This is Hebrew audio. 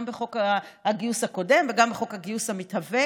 גם בחוק הגיוס הקודם וגם חוק הגיוס המתהווה.